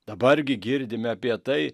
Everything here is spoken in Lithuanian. dabar gi girdime apie tai